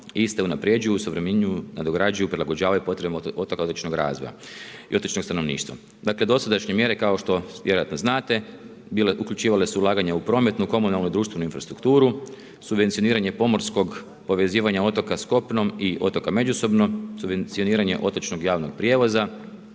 iste unapređuju, osuvremenjuju, nadograđuju, prilagođavaju potrebama otoka i otočnog razvoja, otočnog stanovništva. Dosadašnje mjere, kao što vjerojatno znate, uključivale su ulaganja u prometnu, komunalnu i društvenu infrastrukturu, subvencioniranje pomorskog povezivanja otoka s kopnom i otoka međusobno, subvencioniranje otočnog javnog prijevoza,